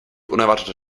unerwarteter